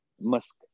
musk